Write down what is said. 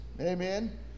Amen